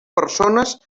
persones